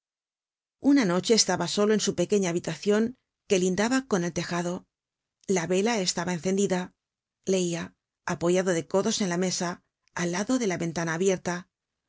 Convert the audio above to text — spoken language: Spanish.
una noche estaba solo en su pequeña habitacion que lindaba con el tejado la vela estaba encendida leia apoyado de codos en la mesa al lado de la ventana abierta